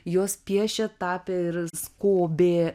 jos piešė tapė ir skobė